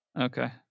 Okay